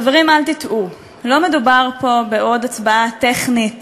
חברים, אל תטעו, לא מדובר פה בעוד הצבעה טכנית